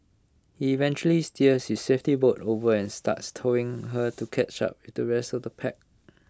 he eventually steers his safety boat over and starts towing her to catch up with the rest of the pack